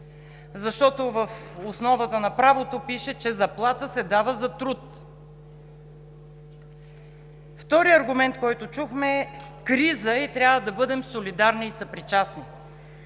Защото в основата на правото пише, че заплата се дава за труд. Вторият аргумент, който чухме: криза е и трябва да бъдем солидарни и съпричастни.